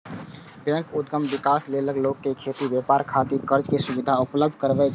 bank उद्यम विकास लेल लोक कें खेती, व्यापार खातिर कर्ज के सुविधा उपलब्ध करबै छै